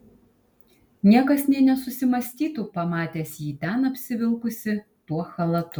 niekas nė nesusimąstytų pamatęs jį ten apsivilkusį tuo chalatu